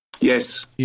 Yes